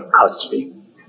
custody